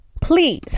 Please